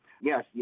Yes